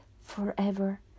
forever